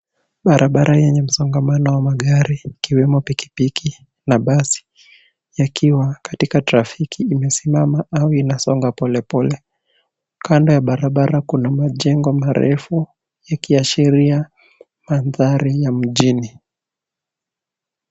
Barabara yenye msongamano wa magari ikiwemo pikipiki na basi yakiwa katika trafiki imesimama au inasonga polepole kando ya barabara kuna majengo marefu yakiashiria mandhari ya mjini.